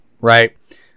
right